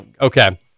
Okay